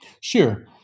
Sure